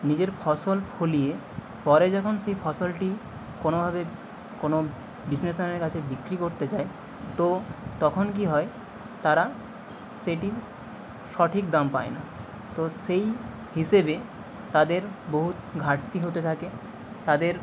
নিজের ফসল ফলিয়ে পরে যখন সেই ফসলটি কোনোভাবে কোনো বিজনেসম্যানের কাছে বিক্রি করতে যায় তো তখন কী হয় তারা সেটির সঠিক দাম পায় না তো সেই হিসেবে তাদের বহু ঘাটতি হতে থাকে তাদের